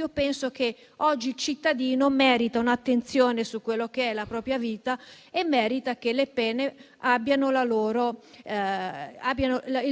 io penso che oggi cittadino meriti un'attenzione su quella che è la propria vita e meriti altresì che le pene abbiano il